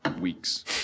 weeks